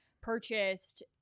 purchased